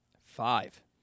five